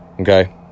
Okay